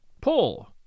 Pull